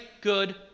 good